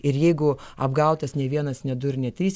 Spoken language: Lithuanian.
ir jeigu apgautas ne vienas ne du ir ne trys